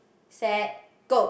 set go